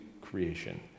creation